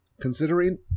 Considering